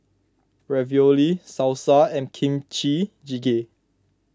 Ravioli Salsa and Kimchi Jjigae